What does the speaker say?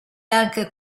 anche